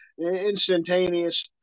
instantaneous